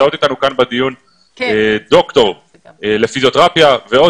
נמצאות אתנו כאן בדיון דוקטור לפיזיותרפיה ועוד